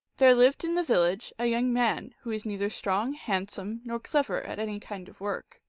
there lived in the village a young man who was neither strong, handsome, nor clever at any kind of work.